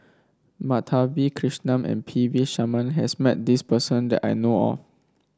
Madhavi Krishnan and P V Sharma has met this person that I know of